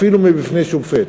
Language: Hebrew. אפילו מפני שופט.